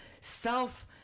self